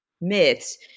myths